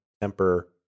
temper